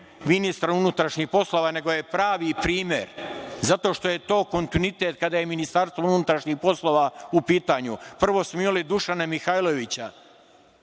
ministra unutrašnjih poslova, nego je pravi primer zato što je to kontinuitet kada je ministarstvo unutrašnjih poslova u pitanju. Prvo smo imali Dušana Mihajlovića